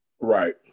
Right